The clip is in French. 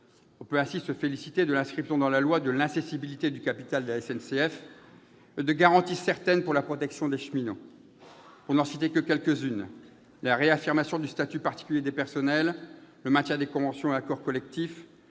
On peut ainsi se féliciter de l'inscription dans le projet de loi de l'incessibilité du capital de la SNCF et de garanties certaines apportées à la protection des cheminots. Je n'en citerai que quelques-unes : réaffirmation du statut particulier des personnels, maintien des conventions et accords collectifs,